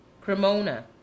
Cremona